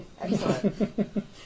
Excellent